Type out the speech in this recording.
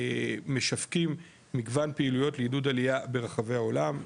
משווקים מגוון פעילויות לעידוד עלייה ברחבי העולם,